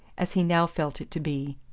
as he now felt it to be.